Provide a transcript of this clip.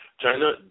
China